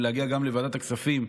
להגיע גם לוועדת הכספים,